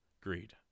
Greed